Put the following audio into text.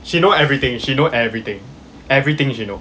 she know everything she know everything everything she know